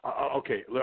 Okay